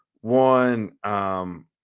one –